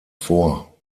vor